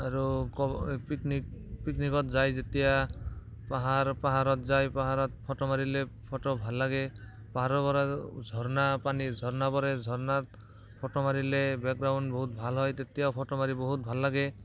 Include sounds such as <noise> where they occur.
আৰু <unintelligible> এই পিকনিক পিকনিকত যাই যেতিয়া পাহাৰ পাহাৰত যাই পাহাৰত ফটো মাৰিলে ফটো ভাল লাগে পাহাৰৰ পৰা ঝৰ্ণা পানী ঝৰ্ণা পৰে ঝৰ্ণাত ফটো মাৰিলে বেকগ্ৰাউণ্ড বহুত ভাল হয় তেতিয়াও ফটো মাৰি বহুত ভাল লাগে